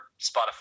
Spotify